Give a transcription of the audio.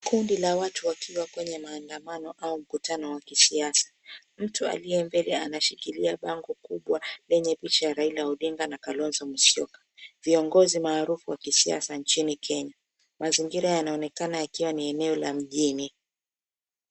Kundi la watu wakiwa kwenye maandamano au mkutano wa kisiasa. Mtu aliye mbele anashikilia bango kubwa lenye picha ya Raila Odinga na Kalonzo Musyoka viongozi maarufu wa kisiasa nchini Kenya. Mazingira yanaonekana kuwa ni eneo la mjini.